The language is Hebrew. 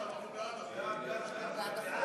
אנחנו בעד החוק.